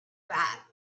that